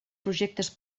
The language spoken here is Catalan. projectes